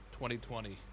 2020